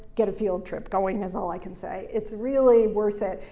get a field trip going, is all i can say. it's really worth it,